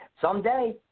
someday